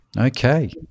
Okay